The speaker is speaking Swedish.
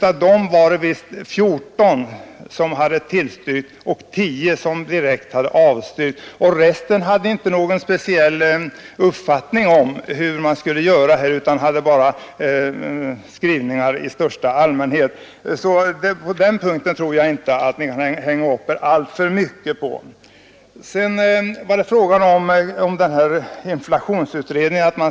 Av dem var det 14 som tillstyrkt och 10 som direkt avstyrkt. Resten hade ingen speciell uppfattning om vad som skulle ske, utan hade bara skrivningar i största allmänhet. Ni skall således inte hänga upp er alltför mycket på den punkten. Vidare var det frågan om tillsättandet av inflationsutredningen.